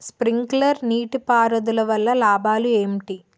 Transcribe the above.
Sprinkler నీటిపారుదల వల్ల లాభాలు ఏంటి?